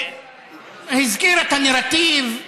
הזכיר את הנרטיב,